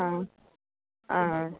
आं आं